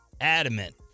adamant